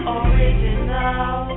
original